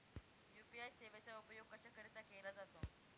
UPI सेवेचा उपयोग कशाकरीता केला जातो?